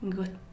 Good